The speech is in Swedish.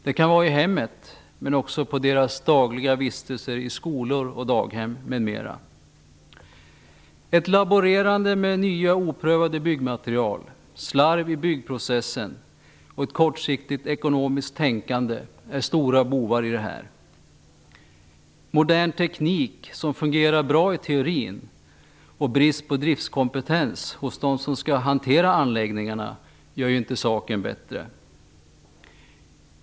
Det kan vara i hemmet, men också under deras dagliga vistelser i skolor, i daghem m.m. Ett laborerande med nya oprövade byggmaterial, slarv i byggprocessen och ett kortsiktigt ekonomiskt tänkande är stora bovar i det här sammanhanget. Modern teknik som fungerar bra i teorin och brist på driftskompetens hos dem som skall hantera anläggningarna gör ju inte saken bättre.